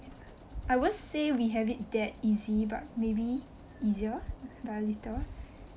I won't say we have it that easy but maybe easier by a little